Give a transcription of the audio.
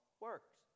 works